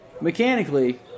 Mechanically